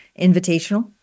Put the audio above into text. invitational